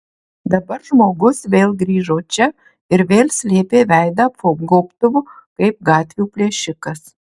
dabar žmogus vėl grįžo čia ir vėl slėpė veidą po gobtuvu kaip gatvių plėšikas